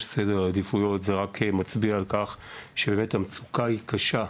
סדר העדיפויות זה רק מצביע על כך שהמצוקה היא קשה,